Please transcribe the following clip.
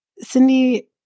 Cindy